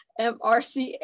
MRCA